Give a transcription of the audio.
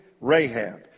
Rahab